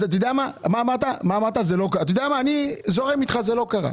אתה יודע מה, אני זורם אתך, נניח שזה לא קרה.